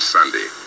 Sunday